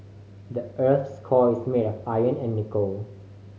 the earth's core is made of iron and nickel